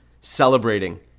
celebrating